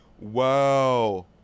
wow